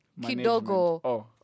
Kidogo